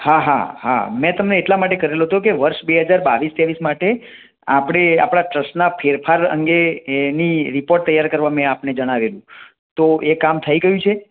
હા હા હા મેં તમને એટલાં માટે કરેલો હતો કે વરસ બે હજાર બાવીસ ત્રેવીસ માટે આપણે આપણાં ટ્રસ્ટનાં ફેરફાર અંગે એની રીપોર્ટ તૈયાર કરવા મેં આપને જણાવેલું તો એ કામ થઈ ગયું છે